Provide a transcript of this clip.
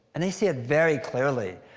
and they see it very clearly.